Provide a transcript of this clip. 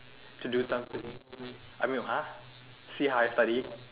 to do something I mean like !huh! see how I study